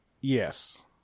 Yes